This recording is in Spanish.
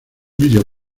video